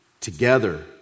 together